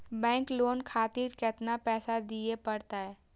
Bank loan खातीर केतना पैसा दीये परतें?